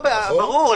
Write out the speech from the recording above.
ברור.